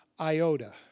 iota